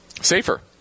safer